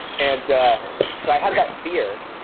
and so i had that fear.